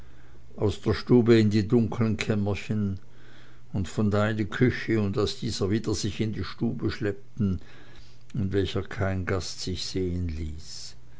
aus der stube in die dunklen kämmerchen von da in die küche und aus dieser wieder sich in die stube schleppten in welcher kein gast sich sehen ließ